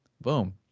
Boom